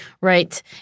Right